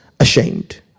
ashamed